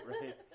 right